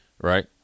right